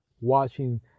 watching